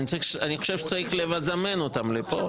אני חושב שצריך לזמן אותם לפה.